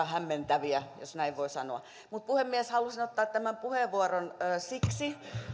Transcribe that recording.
hämmentäviä jos näin voin sanoa puhemies halusin ottaa tämän puheenvuoron siksi